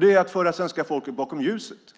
Det är att föra svenska folket bakom ljuset.